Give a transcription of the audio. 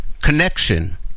connection